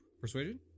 Persuaded